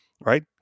right